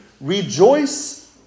Rejoice